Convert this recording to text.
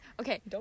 okay